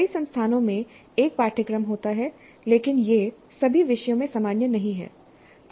कई संस्थानों में एक पाठ्यक्रम होता है लेकिन यह सभी विषयों में सामान्य नहीं है